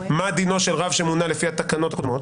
מה דינו של רב שמונה לפי התקנות הקודמות